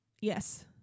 Yes